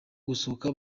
gusohoka